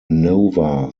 nova